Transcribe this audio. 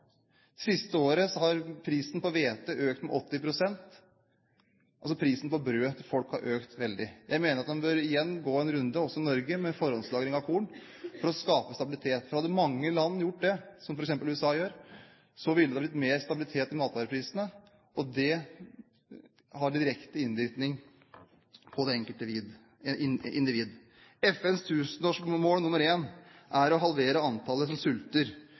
siste året har prisen på hvete økt med 80 pst., altså har prisen på brød til folk økt veldig. Jeg mener at man igjen må gå en runde, også Norge, med forhåndslagring av korn for å skape stabilitet. Hadde mange land gjort det – som f.eks. USA gjør – ville det ha blitt mer stabilitet i matvareprisene, og det har direkte innvirkning på det enkelte individ. FNs tusenårsmål nr. 1 er å halvere antallet som sulter